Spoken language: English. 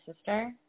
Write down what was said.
sister